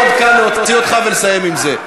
יהיה לי מאוד קל להוציא אותך ולסיים עם זה.